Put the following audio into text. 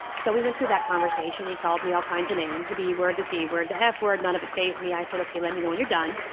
so, we went through that conversation. he called me all kinds of names, the b word, the c word, the f word. none of it fazed me. i said, okay, let me know when you're done.